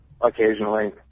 occasionally